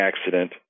accident